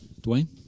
Dwayne